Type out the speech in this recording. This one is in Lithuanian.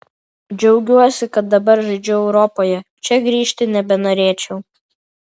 džiaugiuosi kad dabar žaidžiu europoje čia grįžti nebenorėčiau